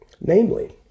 Namely